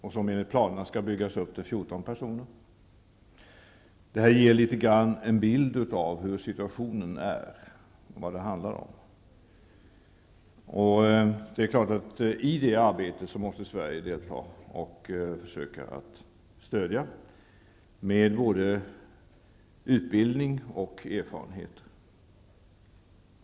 Enligt planerna skall myndigheten byggas ut till 14 personer. Det här ger en bild av hur situationen är och vad det handlar om. Avsikten är att Sverige skall delta i och försöka stödja det arbetet med både utbildning och erfarenhet.